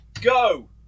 Go